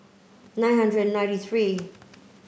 nine hundred and ninety three